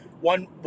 One